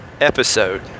episode